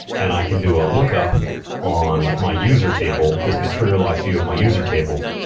and i can do a lookup on my user table, this materialized view of my user table,